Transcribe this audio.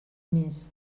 més